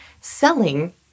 selling